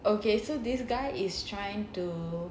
okay so this guy is trying to